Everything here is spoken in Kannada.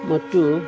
ಮತ್ತು